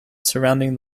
surrounding